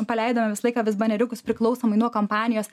praleidome visą laiką vis bajeriukus priklausomai nuo kompanijos